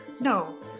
No